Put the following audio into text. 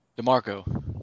DeMarco